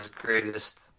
greatest